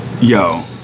yo